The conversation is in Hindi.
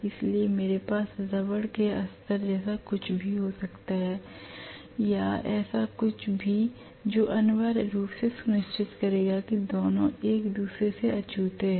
इसलिए मेरे पास रबड़ के अस्तर जैसा कुछ भी हो सकता है या ऐसा कुछ भी जो अनिवार्य रूप से सुनिश्चित करेगा कि दोनों एक दूसरे से अछूते हैं